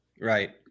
right